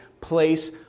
place